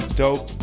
dope